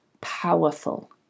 powerful